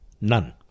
None